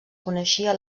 coneixia